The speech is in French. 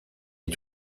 est